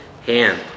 hand